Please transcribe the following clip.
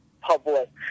public